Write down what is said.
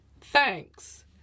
thanks